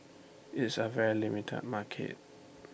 it's A very limited market